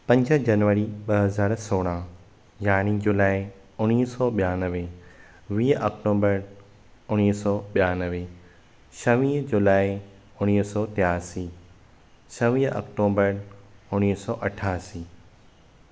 पंज जनवरी ॿ हज़ार सोरहां यारहीं जुलाइ उणवीह सौ ॿियानवे वीह अक्टूबर उणवीह सौ ॿियानवे छवहीं जुलाइ उणिवीह सौ टियासी छवहीं अक्टूबर उणवीह सौ अठासी